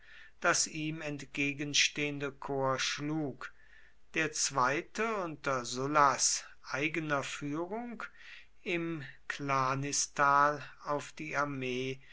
das ihm entgegenstehende korps schlug der zweite unter sullas eigener führung im clanistal auf die armee